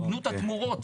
הוגנות התמורות.